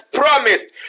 promised